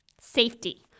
safety